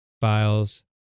Files